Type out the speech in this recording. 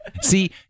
See